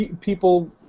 people